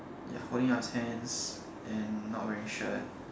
ya holding up his hands and not wearing shirt